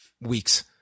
weeks